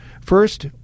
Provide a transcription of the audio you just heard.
first